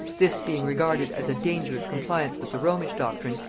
this being regarded as a dangerous compliance with the romish doctrine,